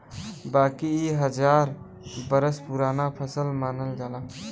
बाकी इ हजार बरस पुराना फसल मानल जाला